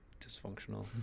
dysfunctional